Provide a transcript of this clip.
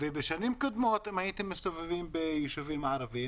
בשנים קודמות, אם הייתם מסתובבים ביישובים ערביים